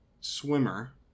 swimmer